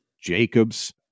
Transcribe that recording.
Jacobs